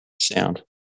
sound